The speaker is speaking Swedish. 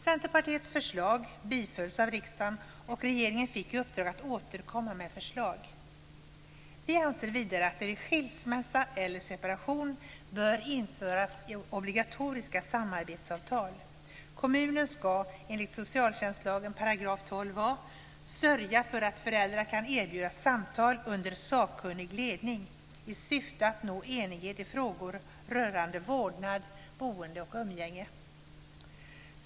Centerpartiets förslag bifölls av riksdagen, och regeringen fick i uppdrag att återkomma med förslag. Vi anser vidare att det vid skilsmässa eller separation bör införas obligatoriska samarbetsavtal. Kommunen ska enligt socialtjänstlagens § 12 a sörja för att föräldrar kan erbjudas samtal under sakkunnig ledning i syfte att nå enighet i frågor rörande vårdnad, boende och umgänge.